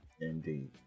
Indeed